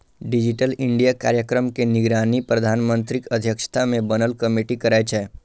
digital India कार्यक्रम के निगरानी प्रधानमंत्रीक अध्यक्षता मे बनल कमेटी करै छै